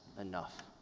enough